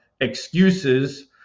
excuses